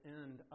end